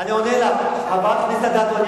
אני עונה לך, חברת הכנסת אדטו.